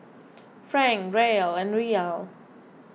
Franc Riel and Riyal